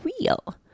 real